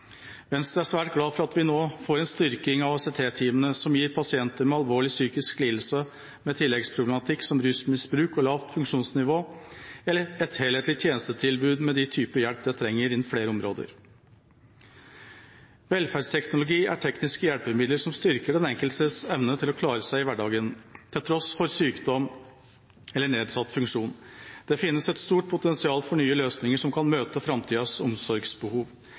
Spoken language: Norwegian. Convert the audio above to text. Venstre er svært glad for at vi nå får en styrking av ACT-teamene, som gir pasienter med alvorlig psykisk lidelse med tilleggsproblematikk som rusmisbruk og lavt funksjonsnivå, et helhetlig tjenestetilbud med de typer hjelp som trengs innen flere områder. Velferdsteknologi er tekniske hjelpemidler som styrker den enkeltes evne til å klare seg i hverdagen til tross for sjukdom eller nedsatt funksjon. Det finnes et stort potensial for nye løsninger som kan møte framtidas omsorgsbehov.